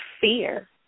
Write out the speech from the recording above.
Fear